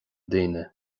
daoine